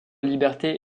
liberté